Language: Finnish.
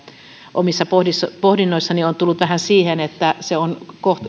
omissa pohdinnoissani olen tullut vähän siihen että se on